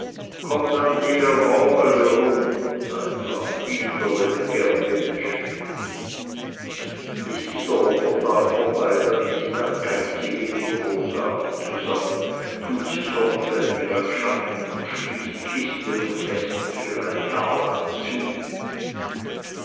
komm dann eher morgen e rung wieder wennd gern willst ist dieser opfertag vorbei dann liest der geizige die brosamen zusammen tut sie sorgfältig an schatten und schließt kisten und kästen für ein jahr lang zu